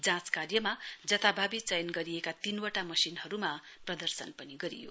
जाँच कार्यमा जथाभावी चयन गरिएका तीनवटा मशिनहरुमा प्रदर्शन पनि गरियो